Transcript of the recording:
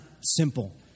simple